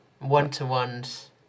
One-to-ones